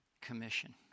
commission